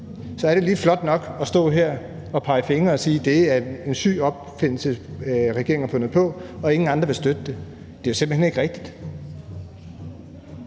Så er det lige flot nok at stå her og pege fingre og sige, at det er en syg opfindelse, regeringen har fundet på, og at ingen andre vil støtte det. Det er simpelt hen ikke rigtigt.